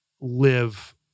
live